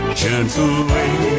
gently